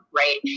right